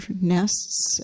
nests